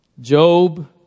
Job